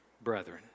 brethren